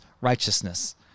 righteousness